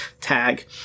tag